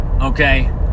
Okay